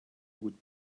would